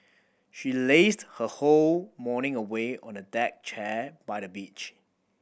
she lazed her whole morning away on a deck chair by the beach